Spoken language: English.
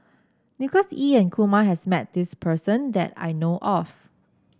Nicholas Ee and Kumar has met this person that I know of